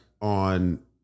on